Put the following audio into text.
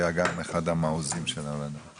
היה גם אחד המעוזים של הוועדה.